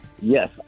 Yes